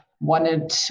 wanted